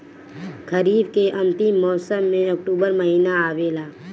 खरीफ़ के अंतिम मौसम में अक्टूबर महीना आवेला?